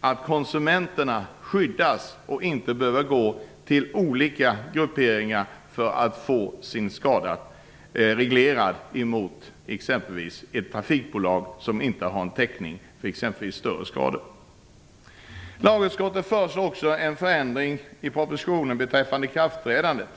att konsumenterna skyddas och inte behöver gå till olika grupperingar för att få sin skada reglerad mot exempelvis ett trafikbolag som inte har någon täckning för större skador. Lagutskottet föreslår också en förändring i propositionen beträffande ikraftträdandet.